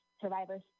survivors